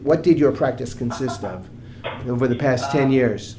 what did your practice consist of over the past ten years